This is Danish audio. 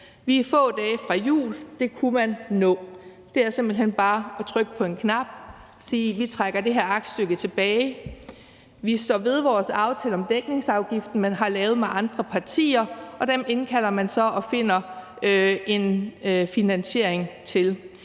Vi er få dage fra jul. Man kunne nå det. Det er simpelt hen bare at trykke på en knap og sige: Vi trækker det her aktstykke tilbage. Man kunne stå ved aftalen om dækningsafgiften, som man har lavet med andre partier, og indkalde dem og finde en finansiering.